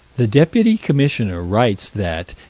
the deputy commissioner writes that,